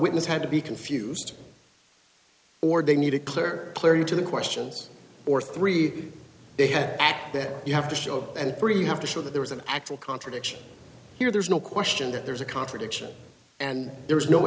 witness had to be confused or they need a clear clarity to the questions or three they had back then you have to show up and three you have to show that there is an actual contradiction here there's no question that there's a contradiction and there is no